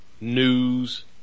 news